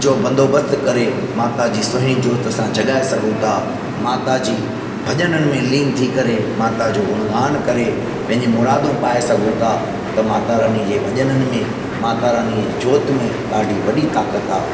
जो बंदोबस्तु करे माता जी सुहिणी जोत असां जॻाए सघूं था माता जी भजननि में लीन थी करे माता जो गुणगानु करे पंहिंजी मुरादूं पाए सघूं था त माता रानीअ जे भजननि में माता रानीअ जी जोति में ॾाढी वॾी ताकति आहे